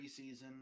preseason